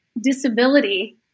disability